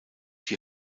die